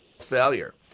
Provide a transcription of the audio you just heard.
failure